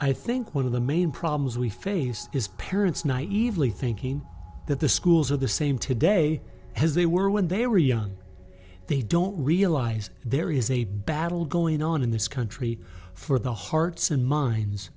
i think one of the main problems we face is parents naive lee thinking that the schools are the same today as they were when they were young they don't realize there is a battle going on in this country for the hearts and minds